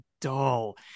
dull